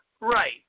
Right